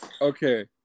okay